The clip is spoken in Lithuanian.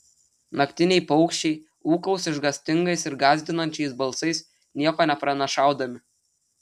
naktiniai paukščiai ūkaus išgąstingais ir gąsdinančiais balsais nieko nepranašaudami